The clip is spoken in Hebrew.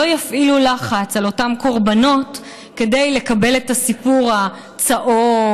לא יפעילו לחץ על אותם קורבנות כדי לקבל את הסיפור הצהוב,